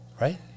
right